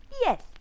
Yes